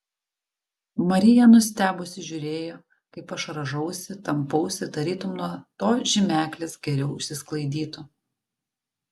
marija nustebusi žiūrėjo kaip aš rąžausi tampausi tarytum nuo to žymeklis geriau išsisklaidytų